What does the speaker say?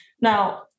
Now